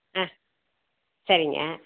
ஆ சரிங்க